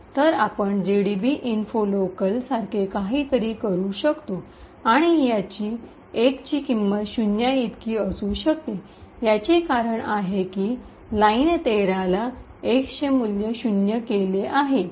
तर आपण GDB info local gdbinfo local सारखे काहीतरी करू शकू आणि ह्याची x ची किंमत शून्याइतकी असू शकते याचे कारण आहे की लाइन १३ ला x चे मूल्य शून्य केले आहे